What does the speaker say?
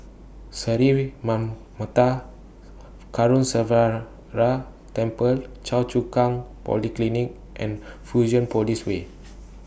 Sri Manmatha Karuneshvarar Temple Choa Chu Kang Polyclinic and Fusionopolis Way